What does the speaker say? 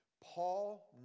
Paul